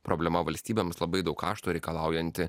problema valstybėms labai daug kašto reikalaujanti